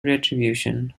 retribution